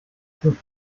zum